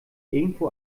irgendwo